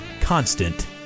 constant